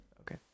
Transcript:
okay